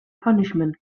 punishment